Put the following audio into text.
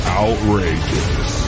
outrageous